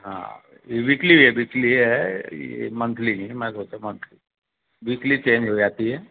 हाँ ये weekly weekly है ये मंथली नहीं है मैं सोचा मंथली वीकली चेंज हो जाती है